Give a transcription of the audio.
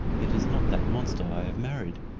it is not that monster i have married.